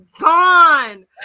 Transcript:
gone